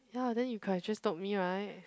ya then you could've just told me right